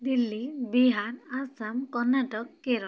Delhi Bihar Assam Karnataka Kerala